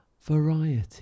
variety